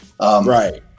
Right